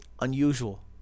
unusual